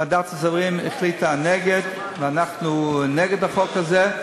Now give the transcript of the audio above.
ועדת השרים החליטה נגד, ואנחנו נגד החוק הזה.